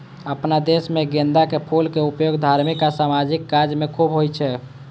अपना देश मे गेंदाक फूलक उपयोग धार्मिक आ सामाजिक काज मे खूब होइ छै